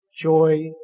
joy